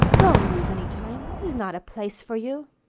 don't lose any time is not a place for you.